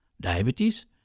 diabetes